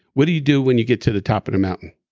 what do you do when you get to the top of the mountain?